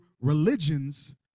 religions